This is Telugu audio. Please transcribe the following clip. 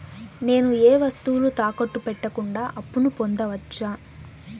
నేను ఏ వస్తువులు తాకట్టు పెట్టకుండా అప్పును పొందవచ్చా?